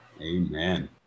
amen